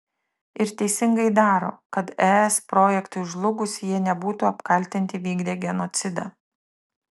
ir teisingai daro kad es projektui žlugus jie nebūtų apkaltinti vykdę genocidą